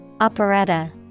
operetta